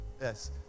Yes